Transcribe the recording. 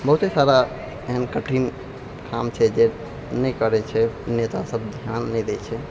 बहुते सारा एहन कठिन काम छै जे नहि करै छै नेता सब ध्यान नहि दै छै